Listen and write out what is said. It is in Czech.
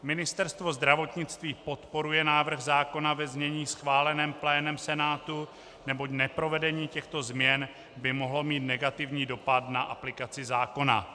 Ministerstvo zdravotnictví podporuje návrh zákona ve znění schváleném plénem Senátu, neboť neprovedení těchto změn by mohlo mít negativní dopad na aplikaci zákona.